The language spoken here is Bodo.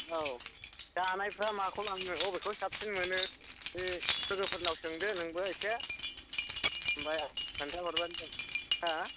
औ जानायफ्रा माखौ लांनो बबेखौ साबसिन मोनो बे लोगोफोरनाव सोंदो नोंबो एसे ओमफ्राय खोन्थाहरबानो जाबाय हा